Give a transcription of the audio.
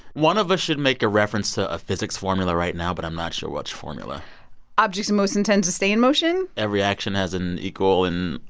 one of us should make a reference to a physics formula right now, but i'm not sure which formula objects in motion tend to stay in motion? every action has an equal and.